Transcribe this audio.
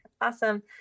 Awesome